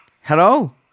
Hello